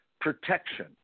protection